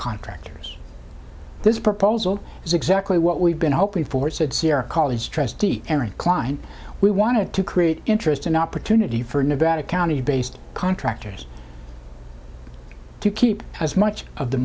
contractors this proposal is exactly what we've been hoping for said sierra college trustee aaron klein we wanted to create interest an opportunity for nevada county based contractors to keep as much of the